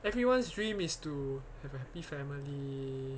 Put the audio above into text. everyone's dream is to have a happy family